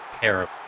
Terrible